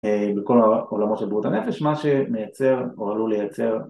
בכל העולמות של בריאות הנפש מה שמייצר או עלול לייצר